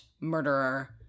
murderer